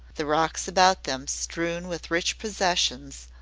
the rocks about them strewn with rich possessions,